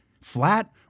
flat